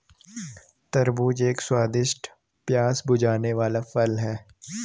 तरबूज एक स्वादिष्ट, प्यास बुझाने वाला फल है